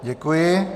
Děkuji.